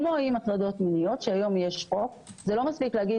כמו הטרדות מיניות שהיום יש חוק זה לא מספיק להגיד,